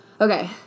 Okay